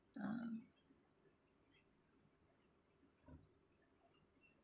ah